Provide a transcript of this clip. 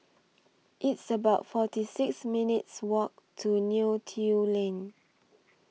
It's about forty six minutes' Walk to Neo Tiew Lane